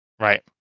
Right